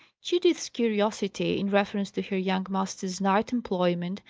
judith's curiosity, in reference to her young master's night employment,